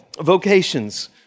vocations